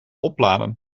opladen